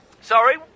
Sorry